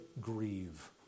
grieve